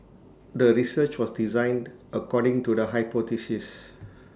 the research was designed according to the hypothesis